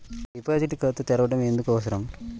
Deposit ఖాతా తెరవడం ఎందుకు అవసరం?